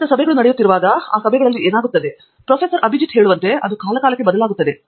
ನಿಯಮಿತ ಸಭೆಗಳು ನಡೆಯುತ್ತಿರುವಾಗ ಮತ್ತು ಆ ಸಭೆಗಳಲ್ಲಿ ಏನಾಗುತ್ತದೆ ಅಭಿಜಿತ್ ಹೇಳುವಂತೆ ಅದು ಕಾಲಕಾಲಕ್ಕೆ ಬದಲಾಗುತ್ತದೆ